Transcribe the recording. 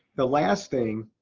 the last thing